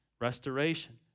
restoration